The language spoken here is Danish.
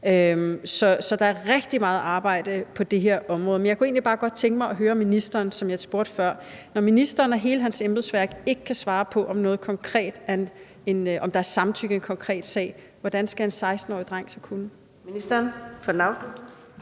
Så der er rigtig meget arbejde på det her område. Men jeg kunne egentlig bare godt tænke mig at spørge ministeren om noget, som jeg spurgte om før. Når ministeren og hele hans embedsværk ikke kan svare på, om der er samtykke i en konkret sag, hvordan skal en 16-årig dreng så kunne det? Kl.